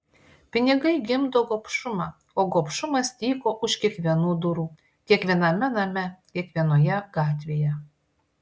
pinigai gimdo gobšumą o gobšumas tyko už kiekvienų durų kiekviename name kiekvienoje gatvėje